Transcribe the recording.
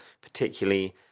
particularly